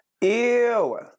Ew